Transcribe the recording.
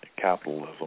capitalism